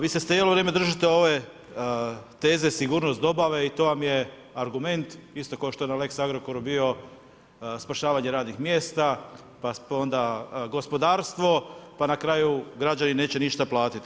Vi se cijelo vrijeme držite ove teze sigurnost dobave i to vam je argument isto kao što je na lex Agrokoru bio spašavanje radnih mjesta, pa onda gospodarstva pa na kraju građani neće ništa platiti.